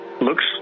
looks